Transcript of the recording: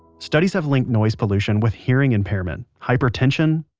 studies have linked noise pollution with hearing impairment, hypertension,